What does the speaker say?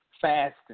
Fasting